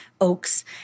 Oaks